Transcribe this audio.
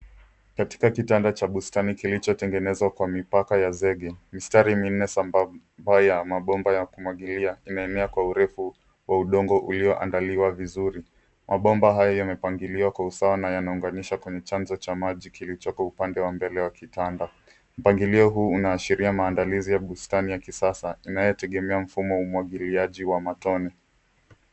Katika kitanda cha bustani kilichotengenezwa kwa mipaka ya zege, mistari minne sambamba ya mabomba ya kumwagilia, imeenea kwa urefu wa udongo ulioandaliwa vizuri. Mabomba hayo yamepangiliwa kwa usawa na yanaunganisha kwenye chanzo cha maji kilichopo upande wa mbele wa kitanda. Mpangilio huu unaashiria maandalizi ya bustani ya kisasa, inayotegemea mfumo wa umwagiliaji wa matone.